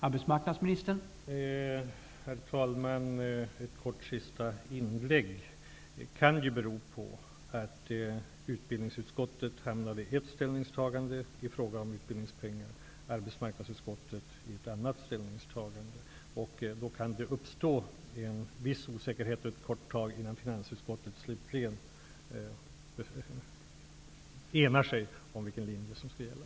Herr talman! Detta kan bero på att utbildningsutskottet hamnade i ett ställningstagande i fråga om utbildningspengarna och arbetsmarknadsutskottet i ett annat. Då kan det uppstå en viss osäkerhet ett kort tag, innan finansutskottet slutligen slår fast vilken linje som skall gälla.